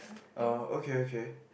oh okay okay